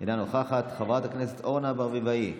אינה נוכחת, חברת הכנסת אורנה ברביבאי,